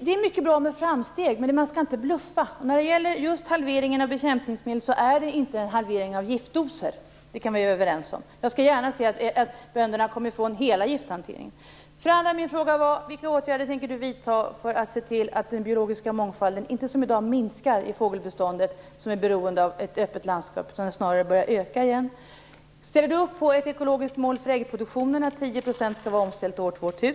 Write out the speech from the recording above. Det är mycket bra med framsteg, men man skall inte bluffa. När det gäller halveringen av bekämpningsmedel är det inte en halvering av giftdoser. Det kan vi vara överens om. Jag skulle gärna se att bönderna kom ifrån hela gifthanteringen. Min andra fråga var vilka åtgärder jordbruksministern tänker vidta för att se till att den biologiska mångfalden i det fågelbestånd som är beroende av ett öppet landskap inte minskar, som i dag, utan börjar öka igen. Ställer jordbruksministern upp på ett ekologiskt mål för äggproduktionen, t.ex. att 10 % skall vara omställt till år 2000?